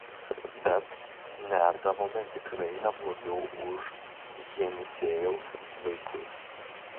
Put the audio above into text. bet nerdavome tikrai neblogiau už jenisejaus vaikus